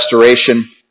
restoration